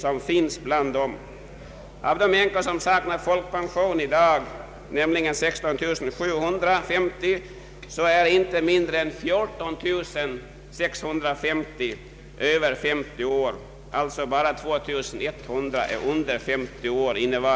Av de änkor som i dag saknar folkpension, nämligen 16 750, är inte mindre än 14650 över 50 år och alltså endast 2100 under 50 år.